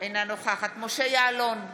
אינה נוכחת משה יעלון,